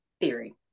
Theory